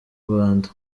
rwanda